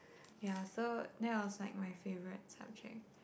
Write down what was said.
ya so that was like my favorite subject